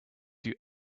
you